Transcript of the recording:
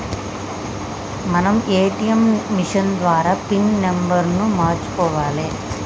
మనం ATM machine ద్వారా pin నెంబర్ను మార్చుకోవాలే